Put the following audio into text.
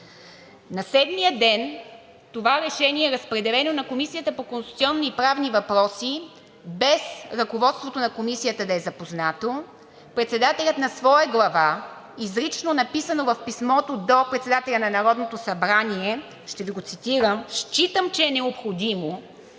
На седмия ден това решение е разпределено на Комисията по конституционни и правни въпроси, без ръководството на Комисията да е запознато. Председателят на своя глава, изрично написано в писмото до председателя на Народното събрание, ще Ви го цитирам: считам, че е необходимо.